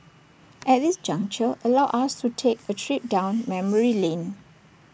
at this juncture allow us to take A trip down memory lane